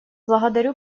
благодарю